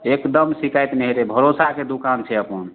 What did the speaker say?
एकदम शिकायत नहि होयतै भरोसाके दुकान छै अपन